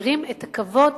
ומחזירים את הכבוד